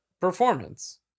Performance